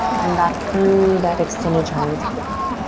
and back through that extended child's pose.